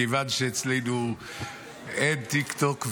מכיוון שאצלנו אין טיקטוק,